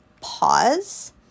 pause